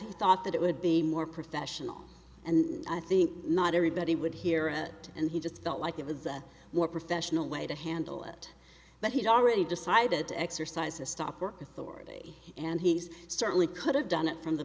he thought that it would be more professional and i think not everybody would hear a and he just felt like it was a more professional way to handle it but he's already decided to exercise a stop work authority and he's certainly could've done it from the